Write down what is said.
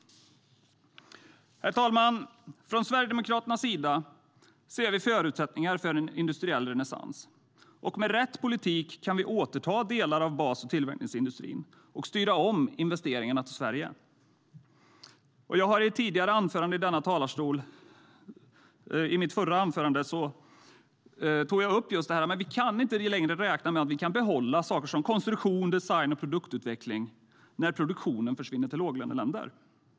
Herr ålderspresident! Från Sverigedemokraternas sida ser vi förutsättningar för en industriell renässans. Med rätt politik kan vi återta delar av bas och tillverkningsindustrin och styra om investeringarna till Sverige. Jag har i mitt förra anförande i denna talarstol tagit upp just detta. Vi kan inte längre räkna med att vi kan behålla saker som konstruktion, design och produktutveckling när produktionen försvinner till låglöneländer.